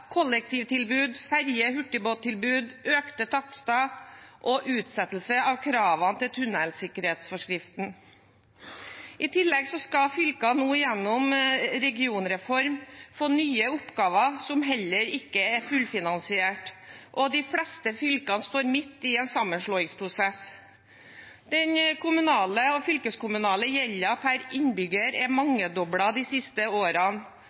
kollektivtilbud, ferje- og hurtigbåttilbud, økte takster og utsettelse av kravene til tunnelsikkerhetsforskriften. I tillegg skal fylkene nå gjennom en regionreform få nye oppgaver, som ikke er fullfinansiert, og de fleste fylkene står midt i en sammenslåingsprosess. Den kommunale og fylkeskommunale gjelden per innbygger er mangedoblet de siste årene,